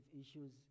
issues